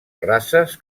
races